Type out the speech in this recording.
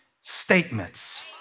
statements